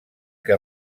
que